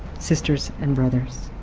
sisters and brothers,